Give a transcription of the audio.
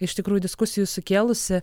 iš tikrųjų diskusijų sukėlusi